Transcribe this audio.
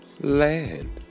Land